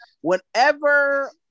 whenever